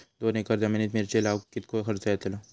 दोन एकर जमिनीत मिरचे लाऊक कितको खर्च यातलो?